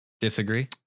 Disagree